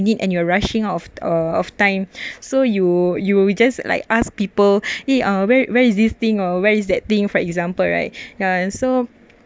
need and you're rushing of of of time so you you will we just like ask people eh where where is this thing or where is that thing for example right ya so